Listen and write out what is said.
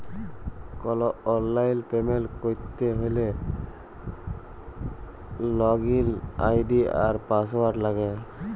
call অললাইল payment ক্যরতে হ্যলে লগইল আই.ডি আর পাসঅয়াড় লাগে